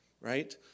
right